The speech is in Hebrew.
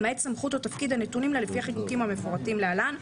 למעט סמכות או תפקיד הנתונים לה לפי החיקוקים המפורטים להלן,